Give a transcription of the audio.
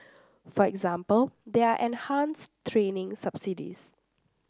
for example there are enhanced training subsidies